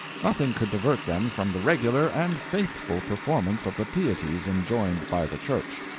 nothing could divert them from the regular and faithful performance of the pieties enjoined by the church.